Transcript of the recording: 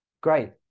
Great